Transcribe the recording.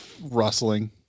rustling